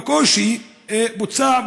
בקושי בוצעו,